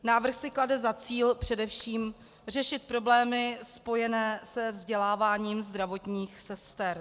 Návrh si klade za cíl především řešit problémy spojené se vzděláváním zdravotních sester.